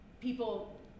people